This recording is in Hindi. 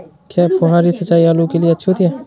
क्या फुहारी सिंचाई आलू के लिए अच्छी होती है?